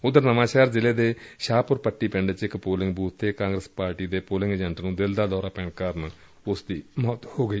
ਉਧਰ ਨਵਾਂ ਸ਼ਹਿਰ ਜ਼ਿਲ੍ਹੇ ਦੇ ਸ਼ਾਹਪੁਰ ਪੱਟੀ ਪਿੰਡ ਚ ਇਕ ਪੋਲਿੰਗ ਬੁਬ ਤੇ ਕਾਂਗਰਸ ਪਾਰਟੀ ਦੇ ਪੋਲਿੰਗ ਏਜੰਟ ਨੂੰ ਦਿਲ ਦਾ ਦੌਰਾ ਪੈਣ ਕਾਰਨ ਉਸ ਦੀ ਮੌਡ ਹੋ ਗਈ